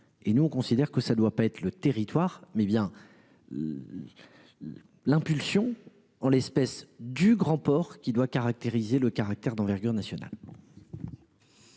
et nous on considère que ça doit pas être le territoire mais bien. L'impulsion en l'espèce du grand port qui doit caractériser le caractère d'envergure nationale.